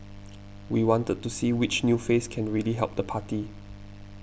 we wanted to see which new face can really help the party